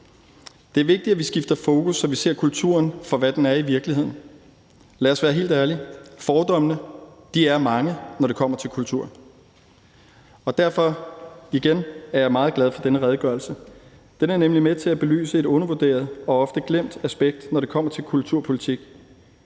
Det er vigtigt, at vi skifter fokus, så vi ser kulturen for, hvad den er i virkeligheden. Lad os være helt ærlige: Fordommene er mange, når det kommer til kultur. Derfor vil jeg igen sige, at jeg er meget glad for den her redegørelse. Den er nemlig med til at belyse et undervurderet og ofte glemt aspekt, når det kommer til kulturpolitik,